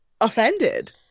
offended